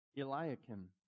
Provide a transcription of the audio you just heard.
Eliakim